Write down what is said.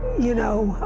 you know,